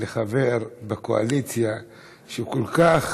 לחבר בקואליציה שכל כך